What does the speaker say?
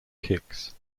kicks